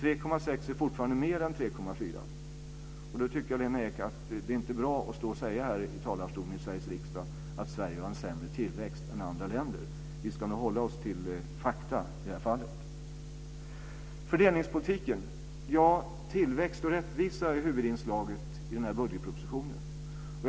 3,6 är fortfarande mer än 3,4. När det gäller fördelningspolitiken är tillväxt och rättvisa huvudinslagen i den här budgetpropositionen.